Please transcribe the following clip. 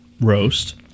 roast